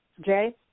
Jay